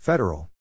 Federal